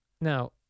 Now